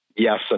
Yes